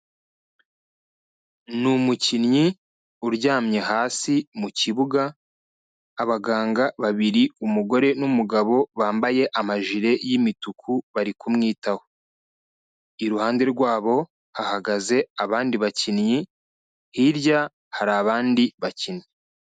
Ni umukinnyi uryamye hasi mu kibuga, abaganga babiri umugore n'umugabo bambaye amajire y'imituku bari kumwitaho, iruhande rwabo hagaze abandi bakinnyi, hirya hari abandi bakinnyi.